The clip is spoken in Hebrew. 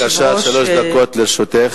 בבקשה, שלוש דקות לרשותך.